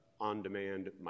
on-demand